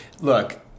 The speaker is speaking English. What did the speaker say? look